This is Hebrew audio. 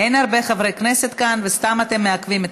אין הרבה חברי כנסת כאן, וסתם אתם מעכבים את